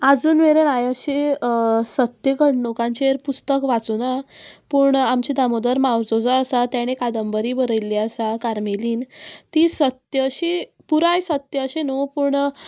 आजून मेरेन हांवें अशी सत्य घडणुकांचेर पुस्तक वाचूना पूण आमचे दामोदर मावजो जो आसा तेणे कादंबरी बरयल्ली आसा कार्मेलीन ती सत्य अशी पुराय सत्य अशी न्हू पूण